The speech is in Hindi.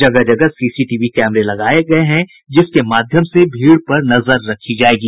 जगह जगह सीसीटीवी कैमरे लगाये गये हैं जिसके माध्यम से भीड़ पर नजर रखी जायेगी